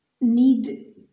need